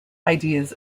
ideas